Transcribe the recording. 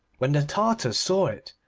when the tartars saw it,